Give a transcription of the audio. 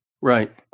Right